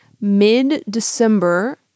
mid-december